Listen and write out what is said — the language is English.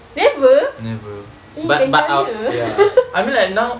never !ee! kentalnya